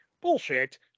Bullshit